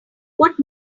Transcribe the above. what